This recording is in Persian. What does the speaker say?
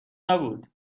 نبود